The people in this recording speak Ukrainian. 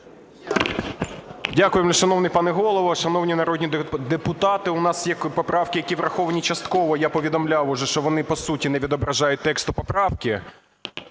Дякую, шановний пане Голово. Шановні народні депутати, у нас є поправки, які враховані частково. Я повідомляв уже, що вони по суті не відображають текст поправки.